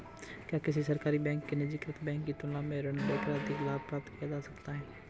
क्या किसी सरकारी बैंक से निजीकृत बैंक की तुलना में ऋण लेकर अधिक लाभ प्राप्त किया जा सकता है?